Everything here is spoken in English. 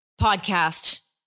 podcast